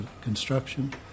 construction